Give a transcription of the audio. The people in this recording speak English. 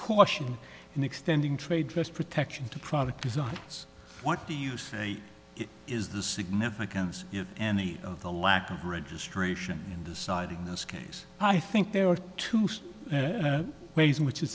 caution in extending trade dress protection to product designs what do you say it is the significance of any of the lack of registration in deciding this case i think there are two ways in which